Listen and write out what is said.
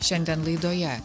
šiandien laidoje